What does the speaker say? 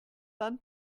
than